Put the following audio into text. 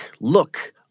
look